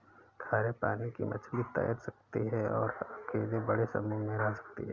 खारे पानी की मछली तैर सकती है और अकेले बड़े समूह में रह सकती है